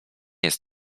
jest